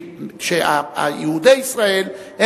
שיהודי ישראל,